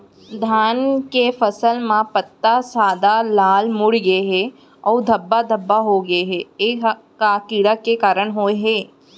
धान के फसल म पत्ता सादा, लाल, मुड़ गे हे अऊ धब्बा धब्बा होगे हे, ए का कीड़ा के कारण होय हे?